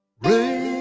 rain